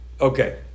Okay